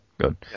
good